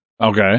Okay